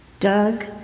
Doug